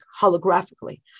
holographically